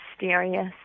mysterious